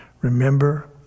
Remember